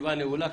הישיבה נעולה.